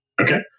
Okay